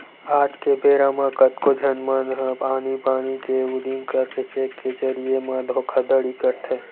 आज के बेरा म कतको झन मन ह आनी बानी के उदिम करके चेक के जरिए म धोखाघड़ी करथे